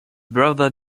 brother